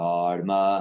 Karma